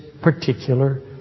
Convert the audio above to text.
particular